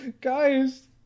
Guys